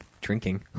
drinking